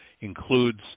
includes